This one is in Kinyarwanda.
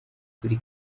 kuri